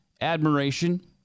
admiration